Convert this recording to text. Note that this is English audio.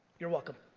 you're welcome.